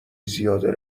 زیاده